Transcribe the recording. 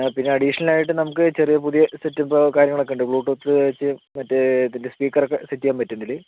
പിന്നെ അഡീഷണലായിട്ട് നമ്മുക്ക് ചെറിയ പുതിയ സെറ്റ് ഇപ്പൊൾ കാര്യങ്ങളൊക്കെ ഉണ്ട് ബ്ലൂടൂത്ത് സെറ്റ് മറ്റേ ഇതിൻ്റെ സ്പീക്കറൊക്കെ സെറ്റ് ചെയ്യാൻ പറ്റും ഇതില്